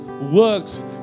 works